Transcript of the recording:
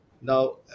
Now